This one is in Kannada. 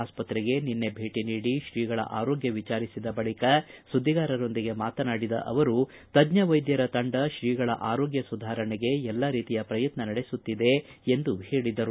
ಆಸ್ಪತ್ರೆಗೆ ನಿನ್ನೆ ಭೇಟಿ ನೀಡಿ ಶ್ರೀಗಳ ಆರೋಗ್ಯ ವಿಚಾರಿಸಿದ ಬಳಿಕ ಸುದ್ದಿಗಾರರೊಂದಿಗೆ ಮಾತನಾಡಿದ ಅವರು ತಜ್ಞ ವೈದ್ಯರ ತಂಡ ಶ್ರೀಗಳ ಆರೋಗ್ಗ ಸುಧಾರಣೆಗೆ ಎಲ್ಲ ರೀತಿಯ ಪ್ರಯತ್ಯ ನಡೆಸುತ್ತಿದೆ ಎಂದು ಹೇಳಿದರು